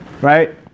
right